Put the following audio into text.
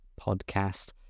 podcast